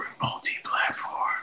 multi-platform